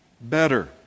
better